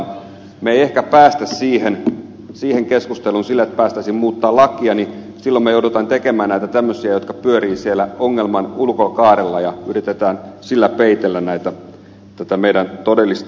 me emme ehkä pääse siihen keskusteluun että päästäisiin muuttamaan lakia ja silloin me joudumme tekemään näitä tämmöisiä jotka pyörivät siellä ongelman ulkokaarella ja yritämme sillä peitellä tätä meidän todellista ongelmaamme